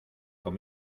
con